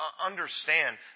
understand